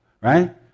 right